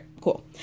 cool